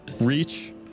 Reach